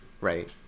Right